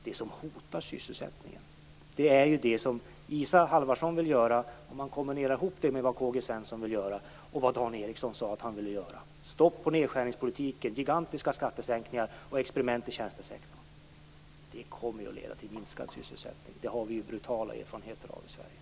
Det som hotar sysselsättningen är ju det som Isa Halvarsson vill göra om man kombinerar ihop det med vad K-G Svenson vill göra och med vad Dan Ericsson sade att han vill göra: stopp på nedskärningspolitiken, gigantiska skattesänkningar och experiment i tjänstesektorn. Det kommer att leda till minskad sysselsättning. Det har vi ju brutala erfarenheter av i Sverige.